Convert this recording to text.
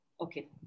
Okay